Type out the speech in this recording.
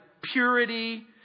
purity